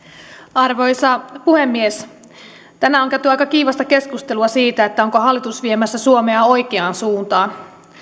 arvoisa puhemies tänään on käyty aika kiivasta keskustelua siitä onko hallitus viemässä suomea oikeaan suuntaan